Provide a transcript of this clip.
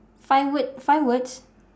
five word five words